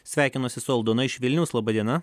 sveikinuosi su aldona iš vilniaus laba diena